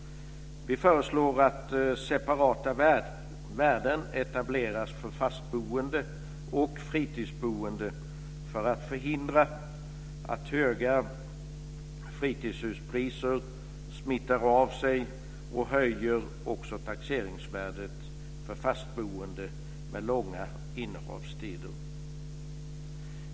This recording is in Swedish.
Vi föreslår att separata värden etableras för fastboende och fritidsboende för att förhindra att höga fritidshuspriser smittar av sig och höjer också taxeringsvärdet för fastboende med långa innehavstider.